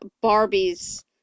Barbie's